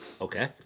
Okay